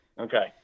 okay